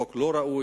חוק לא ראוי,